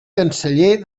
canceller